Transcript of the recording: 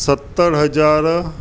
सतरि हज़ार